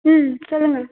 ம் சொல்லுங்க